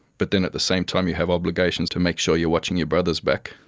but then at the same time you have obligations to make sure you're watching your brother's back,